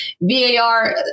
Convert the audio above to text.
VAR